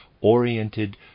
oriented